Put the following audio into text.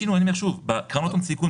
באישור ועדת כספים?